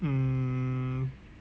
mm